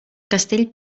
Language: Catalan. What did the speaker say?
castell